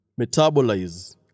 metabolize